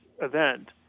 event